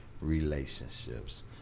relationships